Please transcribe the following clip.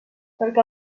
perquè